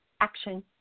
action